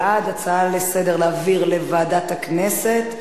בעד ההצעה להעביר לוועדת הכנסת,